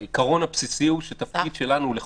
העיקרון הבסיסי הוא שהתפקיד שלנו הוא לחוקק,